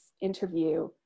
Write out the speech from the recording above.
interview